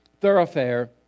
thoroughfare